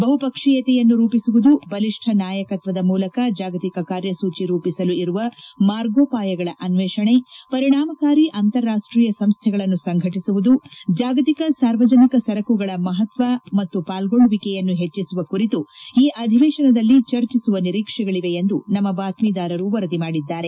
ಬಹುಪಕ್ಷೀಯತೆಯನ್ನು ರೂಪಿಸುವುದು ಬಲಿಷ್ಠ ನಾಯಕತ್ವದ ಮೂಲಕ ಜಾಗತಿಕ ಕಾರ್ಯಸೂಚಿ ರೂಪಿಸಲು ಇರುವ ಮಾರ್ಗೋಪಾಯಗಳ ಅನ್ನೇಷಣೆ ಪರಿಣಾಮಕಾರಿ ಅಂತಾರಾಷ್ಟ್ರೀಯ ಸಂಸ್ಥೆಗಳನ್ನು ಸಂಘಟಿಸುವುದು ಜಾಗತಿಕ ಸಾರ್ವಜನಿಕ ಸರಕುಗಳ ಮಹತ್ವ ಮತ್ತು ಪಾಲ್ಗೊಳ್ಳುವಿಕೆಯನ್ನು ಹೆಚ್ಚಿಸುವ ಕುರಿತು ಈ ಅಧಿವೇಶನದಲ್ಲಿ ಚರ್ಚಿಸುವ ನಿರೀಕ್ಷೆಗಳಿವೆ ಎಂದು ನಮ್ಮ ಬಾತ್ಟೀದಾರರು ವರದಿ ಮಾಡಿದ್ದಾರೆ